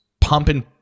pumping